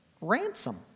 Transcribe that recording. Ransom